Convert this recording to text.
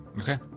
Okay